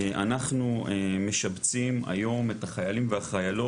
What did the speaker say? אנחנו משבצים היום את החיילים והחיילות,